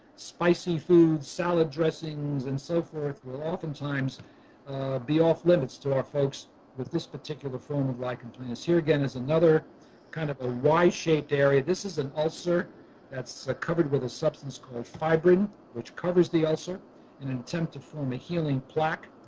spicy foods, salad dressings, and so forth, will oftentimes be off limits to our folks with this particular form of lichen planus. here again is another kind of ah a y-shaped area. this is an ulcer that's ah covered with a substance called fibrin which covers the ulcer in an attempt to form a healing plaque